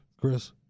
Chris